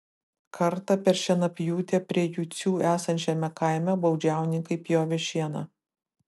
kartą per šienapjūtę prie jucių esančiame kaime baudžiauninkai pjovė šieną